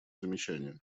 замечания